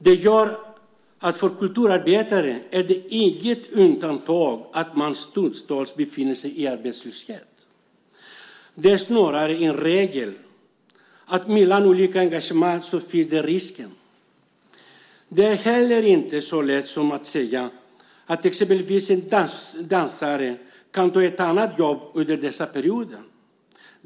Det gör att för kulturarbetare är det inget undantag att man stundtals befinner sig i arbetslöshet. Det är snarare en regel att mellan olika engagemang finns den risken. Det är heller inte så lätt som att säga att exempelvis en dansare kan ta ett annat jobb under dessa perioder.